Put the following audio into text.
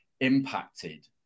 impacted